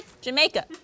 Jamaica